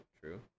true